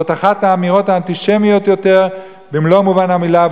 זאת אחת האמירות האנטישמיות יותר במלוא מובן המלה,